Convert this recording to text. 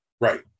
Right